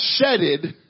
shedded